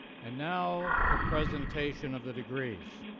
and now, the presentation of the degrees.